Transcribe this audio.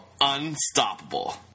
unstoppable